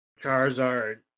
Charizard